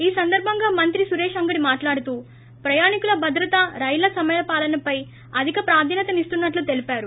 ఈ సందర్బంగా మంత్రి సురేష్ అంగడి మాట్లాడుతూ ప్రయాణికుల భద్రత రైళ్ల సమయపాలనపై అధిక ప్రాధాన్యతనిస్తున్నట్లు తెలిపారు